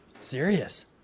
serious